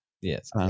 Yes